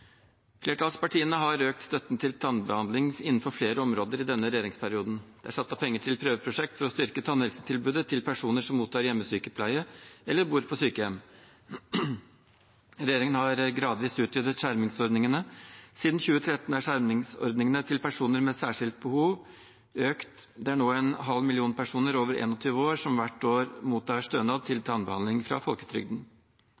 Flertallspartiene har økt støtten til tannbehandling innenfor flere områder i denne regjeringsperioden. Det er satt av penger til et prøveprosjekt for å styrke tannhelsetilbudet til personer som mottar hjemmesykepleie eller bor på sykehjem. Regjeringen har gradvis utvidet skjermingsordningene. Siden 2013 er skjermingsordningene til personer med særskilt behov økt. Det er nå en halv million personer over 21 år som hvert år mottar stønad til